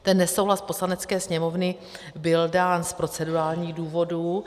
Ten nesouhlas Poslanecké sněmovny byl dán z procedurálních důvodů.